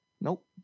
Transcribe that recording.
Nope